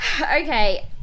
Okay